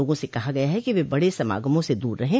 लोगों से कहा गया है कि वे बड़े समागमों से दूर रहें